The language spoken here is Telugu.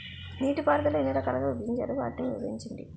నీటిపారుదల ఎన్ని రకాలుగా విభజించారు? వాటి వివరించండి?